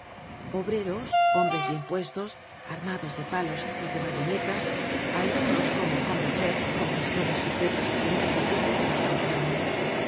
obreros hombres bien puestos armados de palos y de bayonetas algunos como combeferre con pistolas sujetas en la pretina de los pantalones